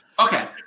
Okay